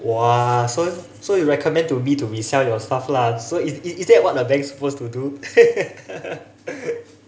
!wah! so so you recommend to me to resell your stuff lah so is is that what the bank's supposed to do